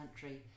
country